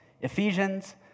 Ephesians